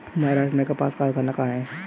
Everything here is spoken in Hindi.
महाराष्ट्र में कपास कारख़ाना कहाँ है?